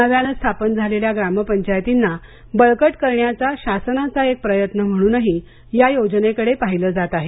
नव्यानं स्थापन झालेल्या ग्रामपंचायतींना बळकट करण्याचा शासनाचा एक प्रयत्न म्हणूनही या योजनेकडे पाहिलं जात आहे